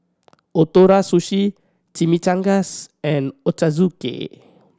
Ootoro Sushi Chimichangas and Ochazuke